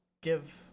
give